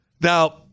Now